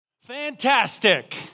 Fantastic